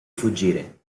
fuggire